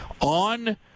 on